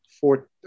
four